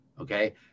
Okay